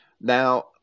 Now